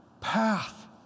path